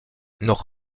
noch